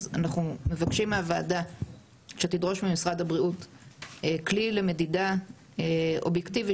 אז אנחנו מבקשים מהוועדה שתדרוש ממשרד הבריאות כלי למדידה אובייקטיבי